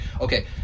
okay